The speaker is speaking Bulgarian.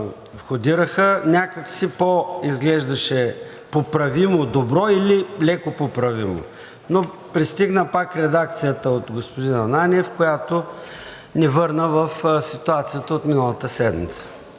входираха, някак си пò изглеждаше поправимо, добро или леко поправимо. Но пристигна пак редакция от господин Ананиев, която ни върна в ситуацията от миналата седмица